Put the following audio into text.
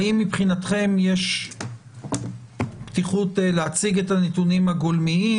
האם מבחינתכם יש פתיחות להציג את הנתונים הגולמיים